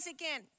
again